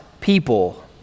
people